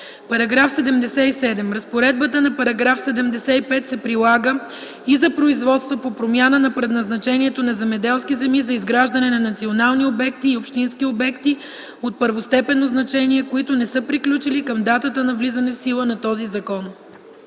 § 77: „§ 77. Разпоредбата на § 75 се прилага и за производства по промяна на предназначението на земеделски земи за изграждане на национални обекти и общински обекти от първостепенно значение, които не са приключили към датата на влизане в сила на този закон.”